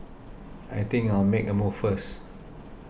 I think I'll make a move first